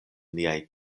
niaj